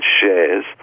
shares